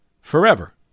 Forever